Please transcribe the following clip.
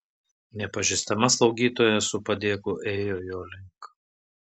nepažįstama slaugytoja su padėklu ėjo jo link